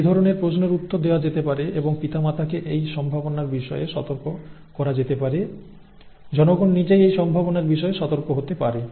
এই ধরণের প্রশ্নের উত্তর দেওয়া যেতে পারে এবং পিতা মাতাকে এই সম্ভাবনার বিষয়ে সতর্ক করা যেতে পারে জনগণ নিজেই এই সম্ভাবনার বিষয়ে সতর্ক হতে পারে